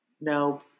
No